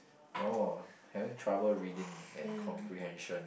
orh having trouble reading and comprehension